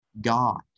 God